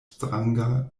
stranga